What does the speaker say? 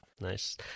Nice